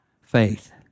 faith